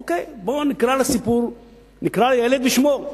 אוקיי, בואו נקרא לילד בשמו.